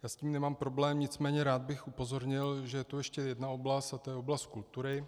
Já s tím nemám problém, nicméně rád bych upozornil, že je tu ještě jedna oblast, a to je oblast kultury.